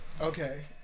Okay